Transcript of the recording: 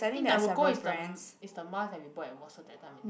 eh naruko is the is the mask that we bought at watson that time is it